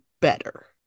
better